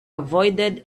avoided